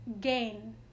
gain